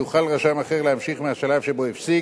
יוכל רשם אחר להמשיך מהשלב שבו הפסיק